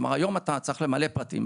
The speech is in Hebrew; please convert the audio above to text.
כלומר, היום אתה צריך למלא פרטים.